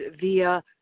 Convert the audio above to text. via